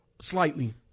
Slightly